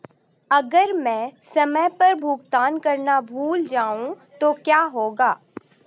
अगर मैं समय पर भुगतान करना भूल जाऊं तो क्या होगा?